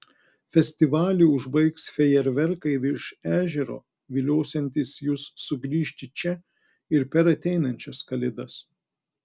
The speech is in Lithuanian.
festivalį užbaigs fejerverkai virš ežero viliosiantys jus sugrįžti čia ir per ateinančias kalėdas